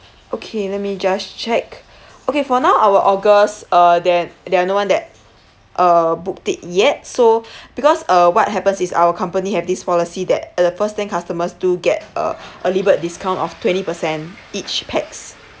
okay let me just check okay for now our august uh there there are no one that uh booked it yet so because uh what happens is our company have this policy that the first ten customers do get uh early bird discount of twenty percent each pax